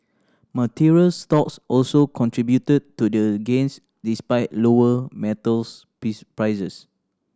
materials stocks also contributed to the gains despite lower metals piece prices